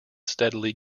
steadily